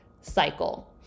cycle